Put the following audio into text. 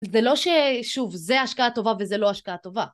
זה לא ששוב זה השקעה טובה וזה לא השקעה טובה.